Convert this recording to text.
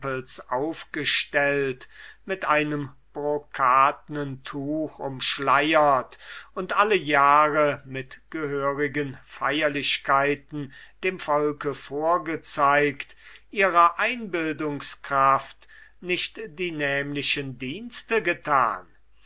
aufgestellt mit einem brokatnen tuch umschleiert und alle jahr mit gehörigen feierlichkeiten dem volke vorgezeigt ihrer einbildungskraft nicht die nämlichen dienste getan